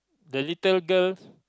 the little girl